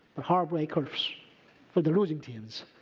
ah heartbreak ah for the losing teams.